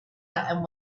and